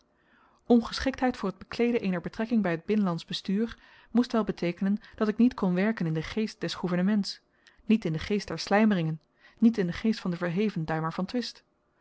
ongeschiktheid voor t bekleeden eener betrekking by het binnenlandsch bestuur moest wel beteekenen dat ik niet kon werken in den geest des gouvernements niet in den geest der slymeringen niet in den geest van den verheven duymaer van twist